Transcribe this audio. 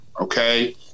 okay